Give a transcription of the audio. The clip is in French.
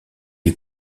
est